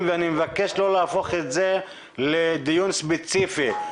ואני מבקש לא להפוך את זה לדיון ספציפי,